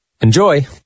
Enjoy